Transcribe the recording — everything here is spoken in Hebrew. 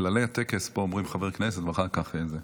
כללי הטקס פה אומרים חבר כנסת, ואחר כך זה,